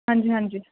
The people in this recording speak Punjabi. ਹਾਂਜੀ ਹਾਂਜੀ